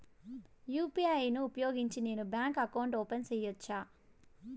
UPI ను ఉపయోగించి నేను బ్యాంకు అకౌంట్ ఓపెన్ సేయొచ్చా?